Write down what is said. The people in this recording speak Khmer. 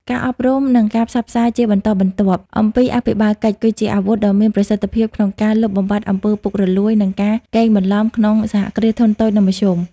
ការអប់រំ និងការផ្សព្វផ្សាយជាបន្តបន្ទាប់អំពីអភិបាលកិច្ច គឺជាអាវុធដ៏មានប្រសិទ្ធភាពក្នុងការលុបបំបាត់អំពើពុករលួយ និងការកេងបន្លំក្នុង សហគ្រាសធុនតូច និងមធ្យម។